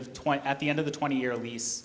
of twenty at the end of the twenty year lease